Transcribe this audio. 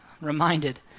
reminded